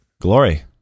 Glory